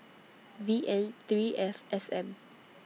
V N three F S M